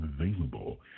available